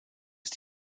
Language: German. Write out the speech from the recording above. ist